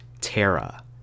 Terra